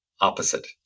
opposite